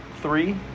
Three